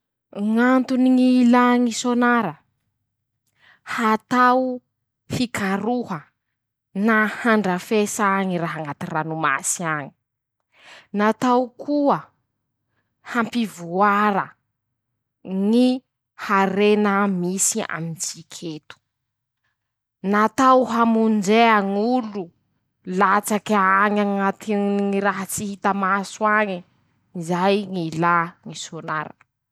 Ñ'antony ñ'ilà ñy sônara: -Natao fikaroha, na handrafesa ñy raha añaty ranomasy añy. -Natao koa hampivoara ñy harena misy amintsik'eto. -Natao hamonjea ñ'olo, latsak'añy añaty ñ raha tsy hita maso añy, zay ñ'ilà ñy sônara.